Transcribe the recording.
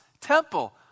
temple